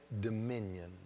dominion